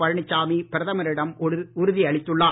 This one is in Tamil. பழனிசாமி பிரதமரிடம் உறுதி அளித்துள்ளார்